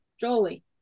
Jolie